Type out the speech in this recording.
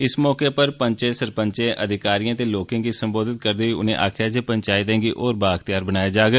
इस मौके उप्पर पंचे सरपंचें अधिकारियें ते लोकें गी सम्बोधित करदे होई उनें आक्खेया जे पंचायतें गी होर बा इख्तयार बनाया जाग